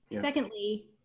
secondly